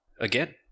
again